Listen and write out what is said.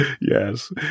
Yes